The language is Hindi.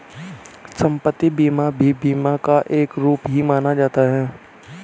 सम्पत्ति बीमा भी बीमा का एक रूप ही माना जाता है